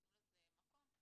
יתנו לזה מקום.